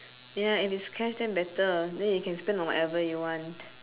ya if it's cash then better then you can spend on whatever you want